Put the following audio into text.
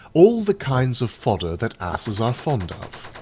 all the kinds of fodder that asses are fond of.